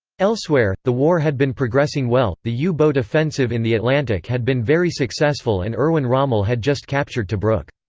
elsewhere, the war had been progressing well the yeah u-boat offensive in the atlantic had been very successful and erwin rommel had just captured tobruk.